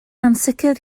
ansicr